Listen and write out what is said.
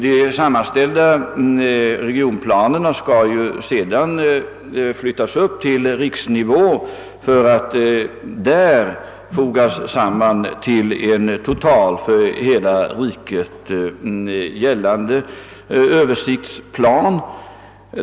De sammanställda regionplanerna skall sedan flyttas upp på riksnivå för att fogas samman till en total översiktsplan som gäller för hela riket.